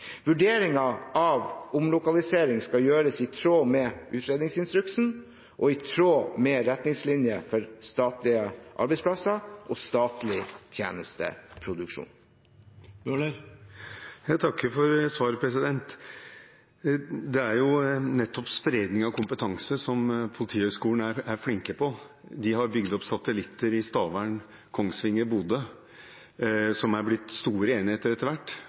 av omlokalisering skal gjøres i tråd med utredningsinstruksen og i tråd med retningslinjer for statlige arbeidsplasser og statlig tjenesteproduksjon. Jeg takker for svaret. Det er nettopp spredning av kompetanse som Politihøgskolen er flinke på. De har bygd opp satellitter i Stavern, Kongsvinger og Bodø, som er blitt store enheter etter hvert,